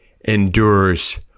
endures